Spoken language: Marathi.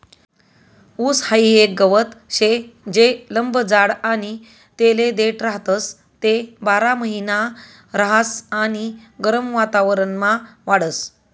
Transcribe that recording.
ऊस हाई एक गवत शे जे लंब जाड आणि तेले देठ राहतस, ते बारामहिना रहास आणि गरम वातावरणमा वाढस